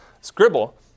scribble